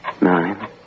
nine